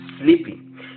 Sleeping